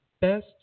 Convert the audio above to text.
best